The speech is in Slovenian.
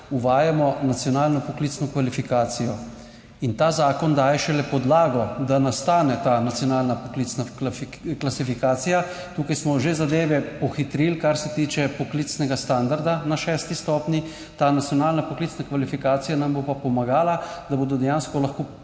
uvajamo nacionalno poklicno kvalifikacijo. In ta zakon daje šele podlago, da nastane ta nacionalna poklicna 38. TRAK (VI) 20.05 (nadaljevanje) klasifikacija. Tukaj smo že zadeve pohitrili, kar se tiče poklicnega standarda na šesti stopnji. Ta nacionalna poklicna kvalifikacija nam bo pa pomagala, da bodo dejansko lahko